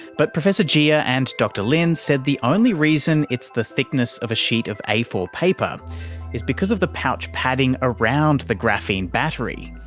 but professor jia and dr lin said the only reason it's the thickness of a sheet of a four paper is because of the pouch padding around the graphene battery.